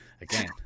again